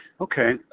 Okay